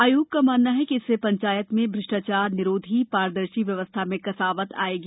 आयोग का मानना है कि इससे पंचायत में भ्रष्टाचार निरोधी पारदर्शी व्यवस्था में कसावट आएगी